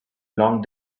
long